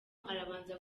arabanza